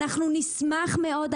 אנחנו נשמח מאוד,